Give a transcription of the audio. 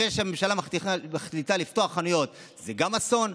ואחרי שהממשלה מחליטה לפתוח חנויות גם זה אסון.